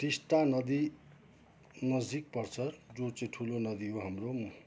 टिस्टा नदी नजिक पर्छ जो चाहिँ ठुलो नदी हो हाम्रो